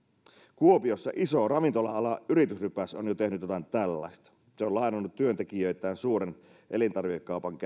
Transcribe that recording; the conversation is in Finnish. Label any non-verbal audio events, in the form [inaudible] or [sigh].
kuopiossa iso ravintola alan yritysrypäs on jo tehnyt jotain tällaista se on lainannut työntekijöitään suuren elintarvikekaupan [unintelligible]